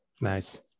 Nice